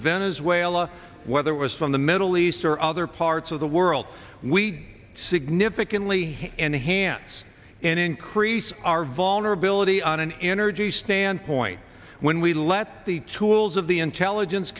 venezuela whether it was from the middle east or other parts of the world we significantly enhance and increase our vulnerability on an energy standpoint when we let the tools of the intelligence